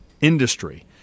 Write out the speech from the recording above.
industry